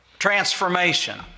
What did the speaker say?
Transformation